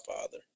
father